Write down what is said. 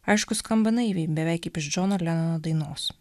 aišku skamba naiviai beveik kaip iš džono lenono dainos